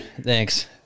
Thanks